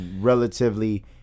relatively